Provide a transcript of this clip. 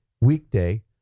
weekday